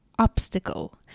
obstacle